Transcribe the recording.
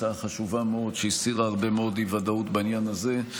הצעה חשובה מאוד שהסירה הרבה מאוד אי-ודאות בעניין הזה.